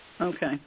Okay